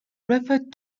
referred